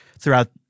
throughout